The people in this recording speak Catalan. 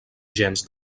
gens